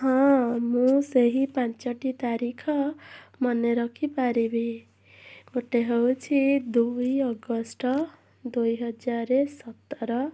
ହଁ ମୁଁ ସେହି ପାଞ୍ଚଟି ତାରିଖ ମନେ ରଖିପାରିବି ଗୋଟେ ହେଉଛି ଦୁଇ ଅଗଷ୍ଟ ଦୁଇ ହଜ଼ାର ସତର